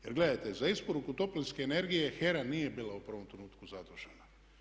Jer gledajte, za isporuku toplinske energije HERA nije bila u prvom trenutku zadužena.